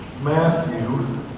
Matthew